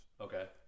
Okay